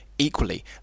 Equally